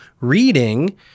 reading